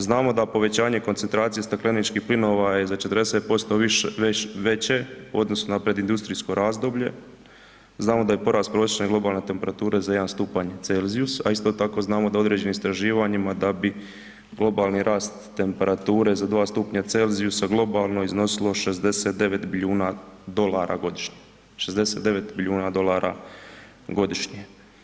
Znamo da povećanje koncentracije stakleničkih plinova je za 40% više, veće u odnosu na naprijed industrijsko razdoblje, znamo da je porast prosječne globalne temperature za 1 stupanj Celzijusa, a isto tako znamo da u određenim istraživanjima da bi globalni rast temperature za 2 stupnja Celzijusa globalno iznosilo 69 bilijuna dolara godišnje, 69 bilijuna dolara godišnje.